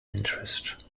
interest